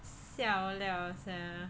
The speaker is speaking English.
siao liao sia